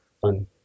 fun